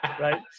Right